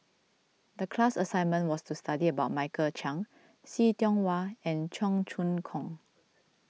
the class assignment was to study about Michael Chiang See Tiong Wah and Cheong Choong Kong